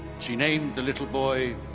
she named the little boy,